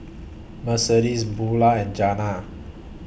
Mercedes Bulah and Jana